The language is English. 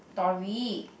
tori